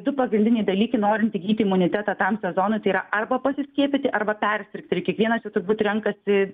du pagrindiniai dalykai norint įgyti imunitetą tam sezonui tai yra arba pasiskiepyti arba persirgti ir kiekvienas turbūt renkasi